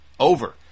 over